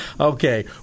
Okay